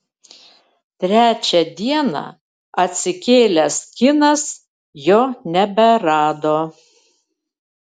trečią dieną atsikėlęs kinas jo neberado